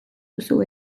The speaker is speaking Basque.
duzu